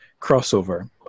crossover